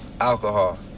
alcohol